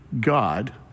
God